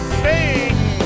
sing